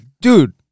dude